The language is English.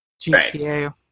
GTA